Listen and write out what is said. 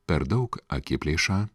per daug akiplėšą